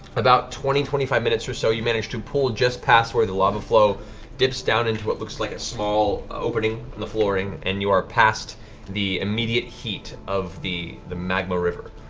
about twenty, twenty five minutes or so, you manage to pull just past where the lava flow dips down into what looks like a small opening in the flooring, and you are past the immediate heat of the the magma river.